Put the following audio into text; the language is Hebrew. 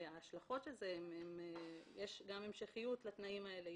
ההשלכות של זה, יש גם המשכיות לתנאים האלה.